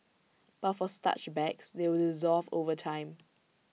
but for starch bags they will dissolve over time